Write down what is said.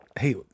hey